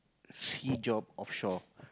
sea job offshore